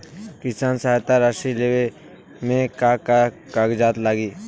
किसान सहायता राशि लेवे में का का कागजात लागी?